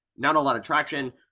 not a lot of traction.